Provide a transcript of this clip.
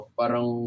parang